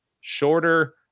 shorter